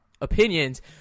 opinions